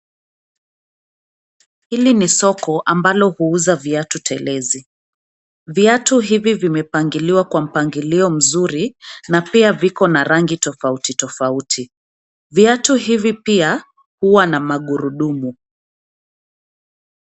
Hili ni soko ambalo huuza viatu telezi. Viatu hivi vimepangiliwa kwa mpangilio mzuri na pia viko na rangi tofauti tofauti. Viatu hivi pia huwa na magurudumu